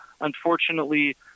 Unfortunately